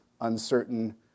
uncertain